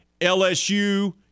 LSU